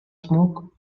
smoke